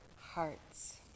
hearts